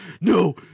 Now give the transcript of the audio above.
No